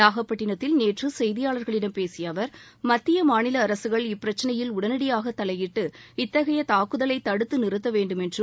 நாகப்பட்டிணத்தில் நேற்றுசெய்தியாளர்களிடம் பேசியஅவர் மத்தியமாநிலஅரசுகள் இப்பிரச்னையில் உடனடியாகதலையிட்டு இத்தகையதாக்குதலைதடுத்துநிறுத்தவேண்டுமென்றும்